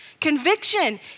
Conviction